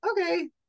okay